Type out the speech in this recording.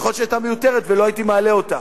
יכול להיות שהיא היתה מיותרת ולא הייתי מעלה אותה,